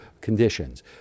conditions